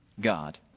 God